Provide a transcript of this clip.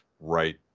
right